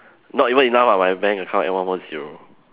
not even enough ah my bank account add one more zero